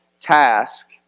task